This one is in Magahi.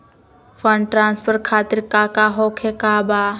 फंड ट्रांसफर खातिर काका होखे का बा?